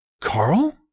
Carl